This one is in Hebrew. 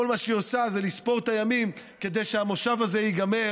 כל מה שהיא עושה זה לספור את הימים עד שהמושב הזה ייגמר,